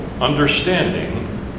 understanding